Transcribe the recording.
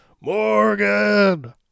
Morgan